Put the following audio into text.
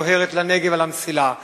דוהרת לנגב על המסילה.